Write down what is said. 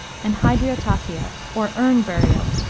and hydriotaphia or, urn burial,